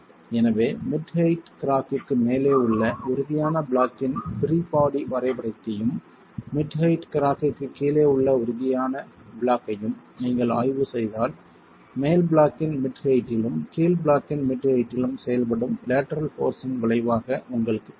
எனவே மிட் ஹெயிட்ட கிராக்க்கு மேலே உள்ள உறுதியான பிளாக்கின் பிரீ பாடி வரைபடத்தையும் மிட் ஹெயிட்டி கிராக்க்கு கீழே உள்ள உறுதியான பிளாக்கையும் நீங்கள் ஆய்வு செய்தால் மேல் பிளாக்கின் மிட் ஹெயிட்டிலும் கீழ் பிளாக்கின் மிட் ஹெயிட்டிலும் செயல்படும் லேட்டரல் போர்ஸ்யின் விளைவாக உங்களுக்கு கிடைக்கும்